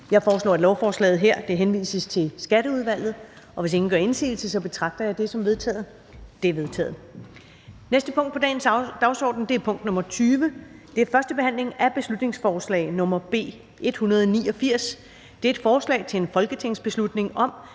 Jeg foreslår, at lovforslaget henvises til Skatteudvalget. Hvis ingen gør indsigelse, betragter jeg dette som vedtaget. Det er vedtaget. --- Det næste punkt på dagsordenen er: 20) 1. behandling af beslutningsforslag nr. B 189: Forslag til folketingsbeslutning om,